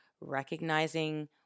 recognizing